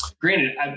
Granted